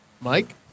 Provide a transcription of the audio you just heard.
Mike